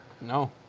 No